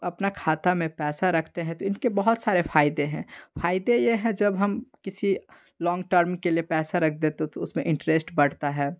अपना खाता में पैसा रखते हैं तो उनके बहुत सारे फ़ायदे हैं फ़ायदे यह है जब हम किसी लॉन्ग टर्म के लिए पैसा रख देते तो उसमें इंटरेस्ट बढ़ता है